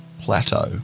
plateau